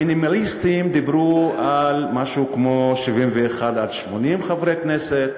המינימליסטים דיברו על משהו כמו 71 80 חברי כנסת.